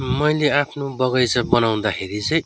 मैले आफ्नो बगैँचा बनाउँदाखेरि चाहिँ